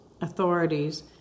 authorities